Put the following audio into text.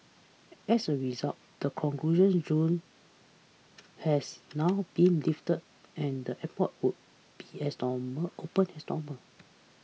as a result the conclusions zone has now been lifted and the airport will be as normal open as normal